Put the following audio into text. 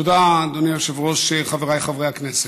תודה, אדוני היושב-ראש, חבריי חברי הכנסת,